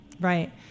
Right